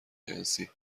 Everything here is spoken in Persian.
جنسی